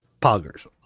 poggers